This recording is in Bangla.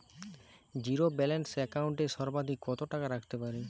জীরো ব্যালান্স একাউন্ট এ সর্বাধিক কত টাকা রাখতে পারি?